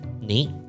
neat